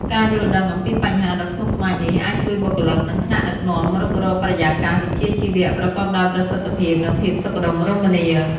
ការយល់ដឹងអំពីបញ្ហារដ៏ស្មុគស្មាញនេះអាចជួយបុគ្គលិក និងថ្នាក់ដឹកនាំរុករកបរិយាកាសវិជ្ជាជីវៈប្រកបដោយប្រសិទ្ធភាព និងភាពសុខដុមរមនា។